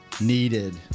needed